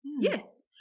Yes